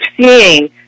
seeing